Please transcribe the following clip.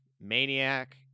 maniac